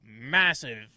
massive